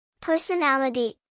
Personality